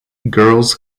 girls